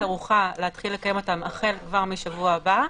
ערוכה להתחיל לקיים אותם החל כבר משבוע הבא.